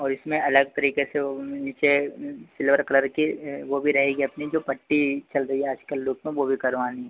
और इसमें अलग तरीक़े से वह नीचे सिल्वर कलर की यह वह भी रहेगी अपनी जो पट्टी चल रही है आज कल लुक में वह भी करवानी है